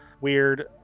weird